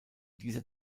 dieser